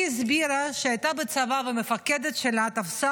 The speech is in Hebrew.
היא הסבירה שכשהייתה בצבא והמפקדת שלה תפסה